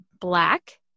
Black